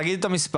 אז תגיד את המספר,